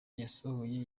yasohoye